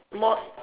more